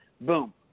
boom